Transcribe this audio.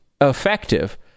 effective